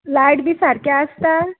light बी सारकी आसता